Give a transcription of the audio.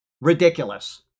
Ridiculous